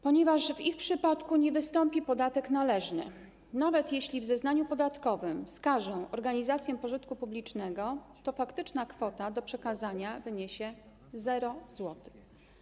Ponieważ w ich przypadku nie wystąpi podatek należny, nawet jeśli w zeznaniu podatkowym wskażą organizację pożytku publicznego, to faktyczna kwota do przekazania wyniesie 0 zł.